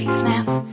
snaps